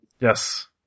Yes